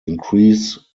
increase